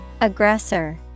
Aggressor